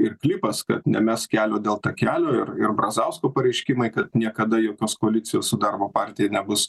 ir klipas kad nemesk kelio dėl takelio ir ir brazausko pareiškimai kad niekada jokios koalicijos su darbo partija nebus